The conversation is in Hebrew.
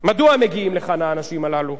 מדוע הם מגיעים לכאן, האנשים הללו?